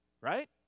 Right